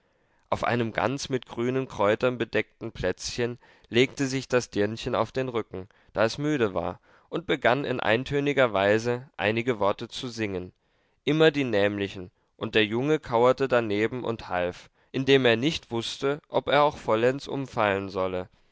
auf einem ganz mit grünen kräutern bedeckten plätzchen legte sich das dirnchen auf den rücken da es müde war und begann in eintöniger weise einige worte zu singen immer die nämlichen und der junge kauerte daneben und half indem er nicht wußte ob er auch vollends umfallen solle